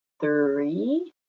Three